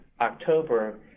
October